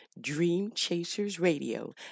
dreamchasersradio